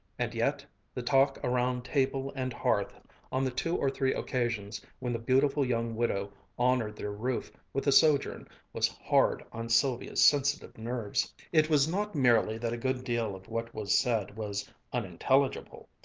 and yet the talk around table and hearth on the two or three occasions when the beautiful young widow honored their roof with a sojourn was hard on sylvia's sensitive nerves. it was not merely that a good deal of what was said was unintelligible.